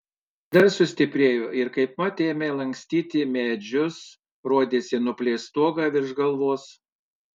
vėjas dar sustiprėjo ir kaipmat ėmė lankstyti medžius rodėsi nuplėš stogą virš galvos